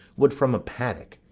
would from a paddock,